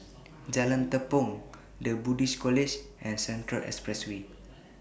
Jalan Tepong The Buddhist College and Central Expressway